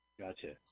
Gotcha